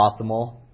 optimal